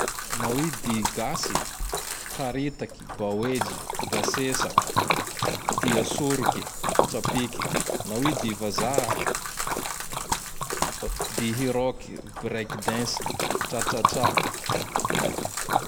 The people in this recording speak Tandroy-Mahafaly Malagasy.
Naho i dihy gasy: kirataky, baoejy, basesa, dia soroky, tsapiky. naho i dihy vazaha: dihy Rock, break dance, tratratra!